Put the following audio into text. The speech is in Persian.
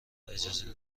اجازه